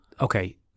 okay